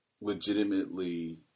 legitimately